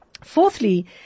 Fourthly